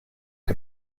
que